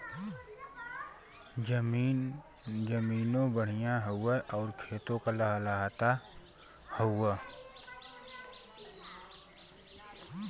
जमीनों बढ़िया हौ आउर खेतो लहलहात हौ